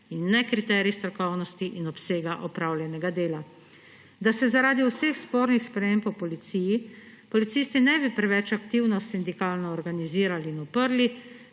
in ne kriterij strokovnosti in obsega opravljenega dela. Da se zaradi vseh spornih sprememb v policiji policisti ne bi preveč aktivno sindikalno organizirali in uprli,